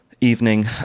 evening